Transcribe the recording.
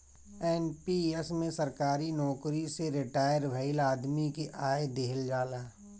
NPS में सरकारी नोकरी से रिटायर भईल आदमी के आय देहल जाला